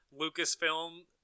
Lucasfilm